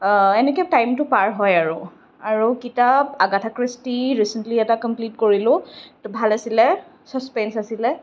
এনেকৈ টাইমটো পাৰ হয় আৰু আৰু কিতাপ আগাথা ক্ৰিষ্টি ৰিচেণ্টলি এটা কমপ্লিট কৰিলোঁ ভাল আছিল ছাছপেঞ্চ আছিল